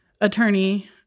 attorney